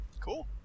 cool